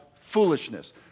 foolishness